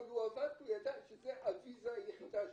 אבל הוא עבד כי הוא ידע שזו הוויזה היחידה שלו.